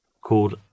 called